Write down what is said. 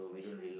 which one